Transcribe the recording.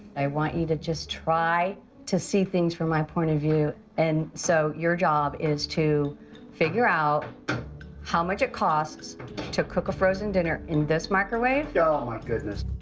i want you to just try to see things from my point of view. and so, your job is to figure out how much it costs to cook a frozen dinner in this microwave. oh, my goodness.